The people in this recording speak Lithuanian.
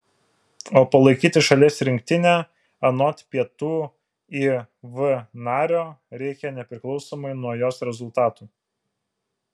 o palaikyti šalies rinktinę anot pietų iv nario reikia nepriklausomai nuo jos rezultatų